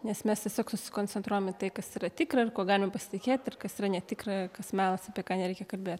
nes mes tiesiog susikoncentruojam į tai kas yra tikra ir kuo galime pasitikėt ir kas yra ne tikra kas melas apie ką nereikia kalbėt